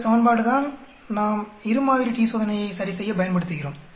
இந்த சமன்பாடுதான் நாம் இரு மாதிரி t சோதனையை சரி செய்ய பயன்படுத்துகிறோம்